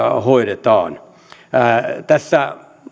hoidetaan tässä